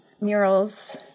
murals